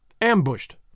Ambushed